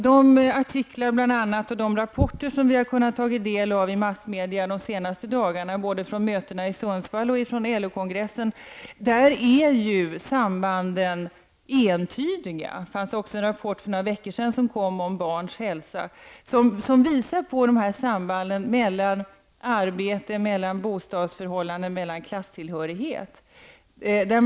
De artiklar och rapporter från både Sundsvall och LO-kongressen som vi under de senaste dagarna har kunnat ta del av i massmedia visar att sambanden -- för några veckor sedan kom också en rapport om barns hälsa -- mellan arbete, bostadsförhållanden och klasstillhörighet är entydiga.